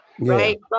right